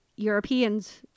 Europeans